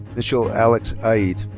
mitchell alex eid.